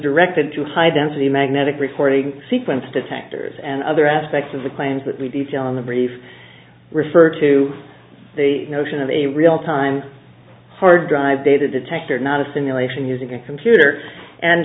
directed to high density magnetic recording sequence detectors and other aspects of the claims that we detail in the brief refer to the notion of a real time hard drive data detector not a simulation using a computer and